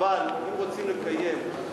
אבל אם רוצים לקיים,